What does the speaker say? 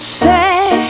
say